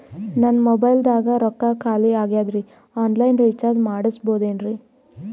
ನನ್ನ ಮೊಬೈಲದಾಗ ರೊಕ್ಕ ಖಾಲಿ ಆಗ್ಯದ್ರಿ ಆನ್ ಲೈನ್ ರೀಚಾರ್ಜ್ ಮಾಡಸ್ಬೋದ್ರಿ?